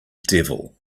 devil